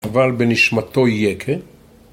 אבל בנשמתו יקה